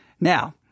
Now